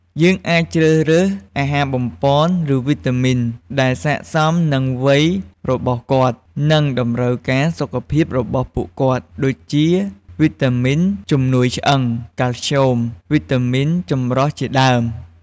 យើងអាចជ្រើសរើស អាហារបំប៉ន ឬវីតាមីនដែលស័ក្តិសមនឹងវ័យរបស់គាត់ និងតម្រូវការសុខភាពរបស់ពួកគាត់ ដូចជាវីតាមីនជំនួយឆ្អឹង (កាល់ស្យូម) វីតាមីនចម្រុះជាដើម។